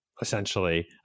essentially